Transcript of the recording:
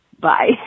Bye